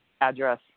address